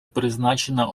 призначена